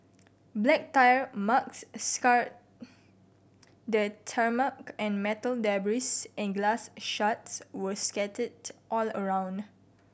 black tyre marks scarred the tarmac and metal debris and glass shards were scattered all around